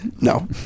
No